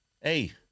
Hey